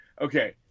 Okay